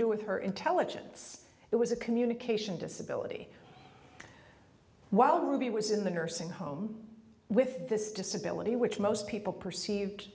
do with her intelligence it was a communication disability while ruby was in the nursing home with this disability which most people perceived